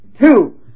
Two